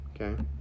Okay